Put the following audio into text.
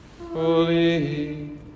holy